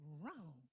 wrong